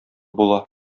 була